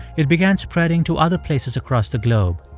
it began spreading to other places across the globe,